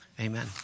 amen